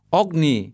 ogni